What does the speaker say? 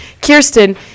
Kirsten